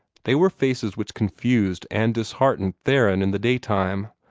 they were faces which confused and disheartened theron in the daytime.